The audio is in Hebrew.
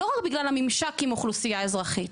לא רק בגלל הממשק עם אוכלוסייה אזרחית,